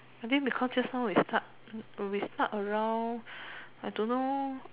I think because just now we start mm we start around I don't know